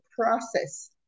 process